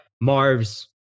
Marv's